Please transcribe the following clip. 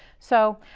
so,